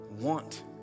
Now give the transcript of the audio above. want